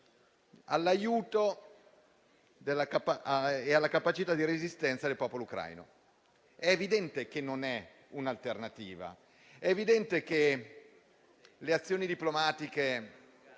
all'aiuto e alla capacità di resistenza del popolo ucraino. È evidente che non è un'alternativa. È evidente che i corpi diplomatici